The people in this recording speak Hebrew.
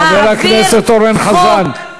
חבר הכנסת אורן חזן.